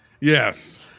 yes